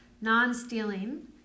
non-stealing